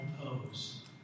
pose